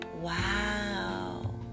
Wow